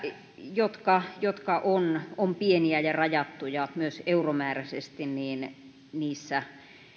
jotka jotka ovat pieniä ja rajattuja myös euromääräisesti niissä